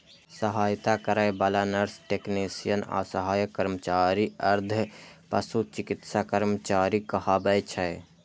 सहायता करै बला नर्स, टेक्नेशियन आ सहायक कर्मचारी अर्ध पशु चिकित्सा कर्मचारी कहाबै छै